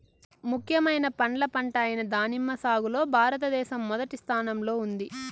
ముఖ్యమైన పండ్ల పంట అయిన దానిమ్మ సాగులో భారతదేశం మొదటి స్థానంలో ఉంది